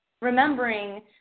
remembering